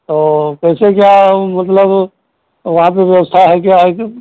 तो कैसे क्या मतलब वहाँ की व्यवस्था है क्या है कि